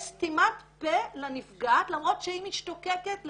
יש סתימת פה לנפגעת למרות שהיא משתוקקת לפרסם.